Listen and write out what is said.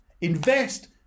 Invest